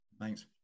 thanks